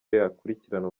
yakurikirana